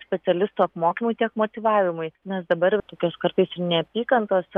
specialistų apmokymui tiek motyvavimui nes dabar tokios kartais neapykantos